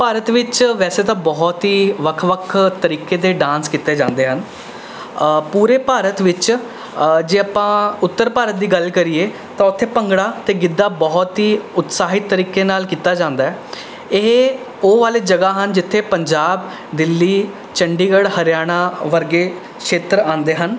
ਭਾਰਤ ਵਿੱਚ ਵੈਸੇ ਤਾਂ ਬਹੁਤ ਹੀ ਵੱਖ ਵੱਖ ਤਰੀਕੇ ਦੇ ਡਾਂਸ ਕੀਤੇ ਜਾਂਦੇ ਹਨ ਪੂਰੇ ਭਾਰਤ ਵਿੱਚ ਜੇ ਆਪਾਂ ਉੱਤਰ ਭਾਰਤ ਦੀ ਗੱਲ ਕਰੀਏ ਤਾਂ ਉੱਥੇ ਭੰਗੜਾ ਅਤੇ ਗਿੱਧਾ ਬਹੁਤ ਹੀ ਉਤਸ਼ਾਹਿਤ ਤਰੀਕੇ ਨਾਲ ਕੀਤਾ ਜਾਂਦਾ ਹੈ ਇਹ ਉਹ ਵਾਲੇ ਜਗ੍ਹਾ ਹਨ ਜਿੱਥੇ ਪੰਜਾਬ ਦਿੱਲੀ ਚੰਡੀਗੜ੍ਹ ਹਰਿਆਣਾ ਵਰਗੇ ਛੇਤਰ ਆਉਂਦੇ ਹਨ